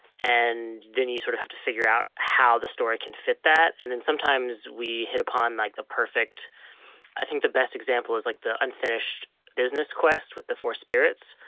and then you sort of have to figure out how the story can fit that. and then sometimes we hit upon like the perfect i think the best example is like the unfinished business quest with the four spirits.